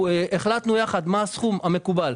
החלטנו יחד מה הסכום המקובל.